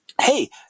hey